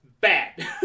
Bad